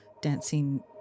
dancing